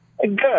Good